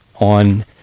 On